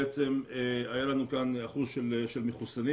היה לנו כאן 81% של מחוסנים.